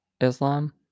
Islam